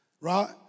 right